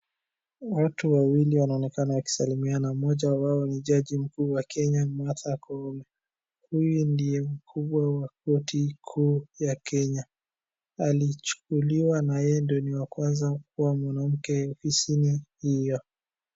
Watu wawili wanaonekana wakisalimiana. Mmoja wao ni jaji mkuu wa Kenya, Martha Koome. Huyu ndiye mkubwa wa koti kuu ya Kenya. Alichukuliwa na yeye ndio ni wa kwanza kuwa mwanamke ofisini hio.